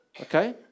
okay